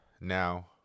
now